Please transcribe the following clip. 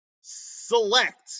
select